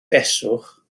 beswch